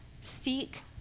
seek